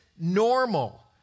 normal